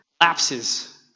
lapses